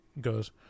goes